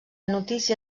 notícia